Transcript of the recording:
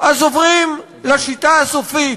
אז עוברים לשיטה הסופית,